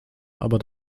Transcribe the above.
aber